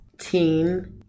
team